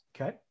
Okay